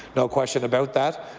no question about that.